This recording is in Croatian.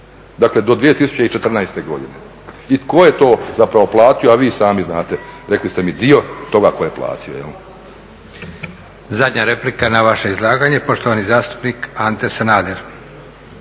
dakle do 2014.godine i tko je platio, a vi sami znate rekli ste mi dio toga tko je platio? **Leko, Josip (SDP)** Zadnja replika na vaše izlaganje, poštovani zastupnik Ante Sanader.